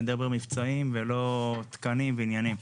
אני אדבר מבצעים ולא תקנים ועניינים.